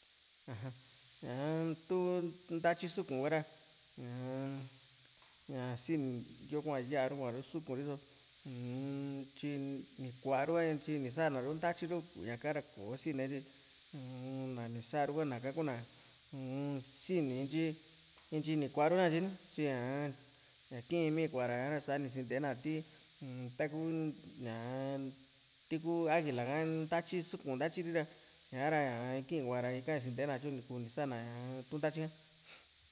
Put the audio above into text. aja ñaa tu tu ntatyi suku ka´ra uun ñaa siniyo hua yaaru suku´n riso uun ntyi nikuaru ntyini sana ru ntatyiru ñaka ra kòsine tyi un nani saru´ha kuna uun sini ntyi ntyi nikuaru nakatye ni tyi ñaa ña kiimi kua ra sa ni sinteena ti taku ñaa tiku águila ha ntayi suku ntatyiri ra ñara ñaa kii kua ra ika ni sintee na tyu ni kuu ni sa´na tu ntayika